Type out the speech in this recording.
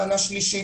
מנה שלישית,